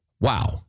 Wow